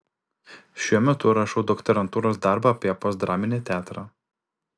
šiuo metu rašau doktorantūros darbą apie postdraminį teatrą